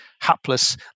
hapless